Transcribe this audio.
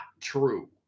true